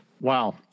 Wow